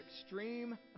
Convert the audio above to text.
extreme